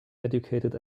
educated